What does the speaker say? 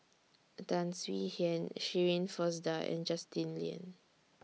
Tan Swie Hian Shirin Fozdar and Justin Lean